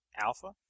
Alpha